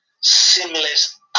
seamless